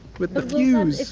with the fuse.